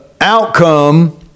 outcome